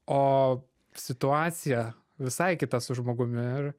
o situacija visai kita su žmogumi ir